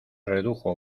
redujo